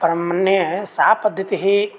परं मन्ये सा पद्धतिः